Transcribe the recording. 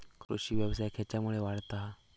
कृषीव्यवसाय खेच्यामुळे वाढता हा?